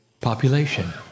population